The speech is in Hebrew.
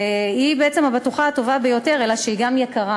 והיא בעצם הבטוחה הטובה ביותר, אלא שהיא גם יקרה.